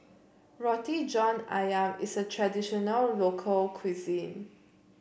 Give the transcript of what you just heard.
Roti John ayam is a traditional local cuisine